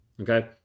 Okay